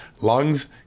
lungs